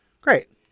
Great